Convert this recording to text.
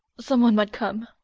some one might come.